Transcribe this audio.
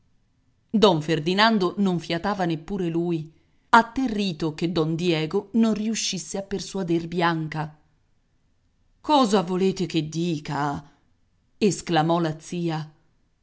don ferdinando non fiatava neppur lui atterrito che don diego non riuscisse a persuader bianca cosa volete che dica esclamò la zia